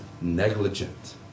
negligent